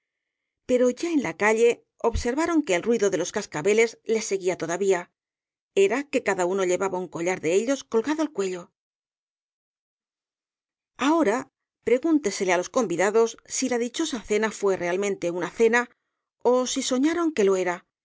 pero ya en la calle observaron que el ruido de los cascabeles les seguía todavía era que cada uno llevaba un collar de ellos colgado al cuello ahora pregúntesele á los convidados si la dichosa cena fué realmente una cena ó si soñaron que lo era